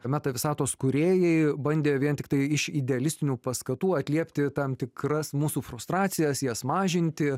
meta visatos kūrėjai bandė vien tiktai iš idealistinių paskatų atliepti tam tikras mūsų frustracijas jas mažinti